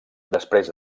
després